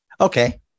okay